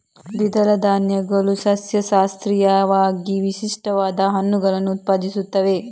ದ್ವಿದಳ ಧಾನ್ಯಗಳು ಸಸ್ಯಶಾಸ್ತ್ರೀಯವಾಗಿ ವಿಶಿಷ್ಟವಾದ ಹಣ್ಣುಗಳನ್ನು ಉತ್ಪಾದಿಸುತ್ತವೆ